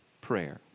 prayer